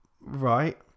right